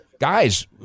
guys